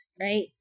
right